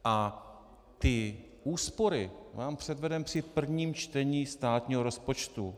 A úspory vám předvedeme při prvním čtení státního rozpočtu.